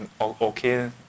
okay